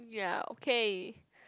ya okay